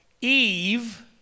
Eve